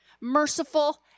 merciful